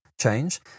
change